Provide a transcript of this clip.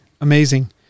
Amazing